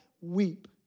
weep